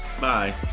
bye